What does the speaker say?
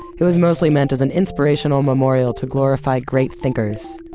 it was mostly meant as an inspirational memorial to glorify great thinkers,